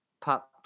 pop